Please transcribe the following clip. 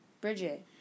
Bridget